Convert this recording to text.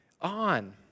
on